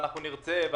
אנחנו נרצה,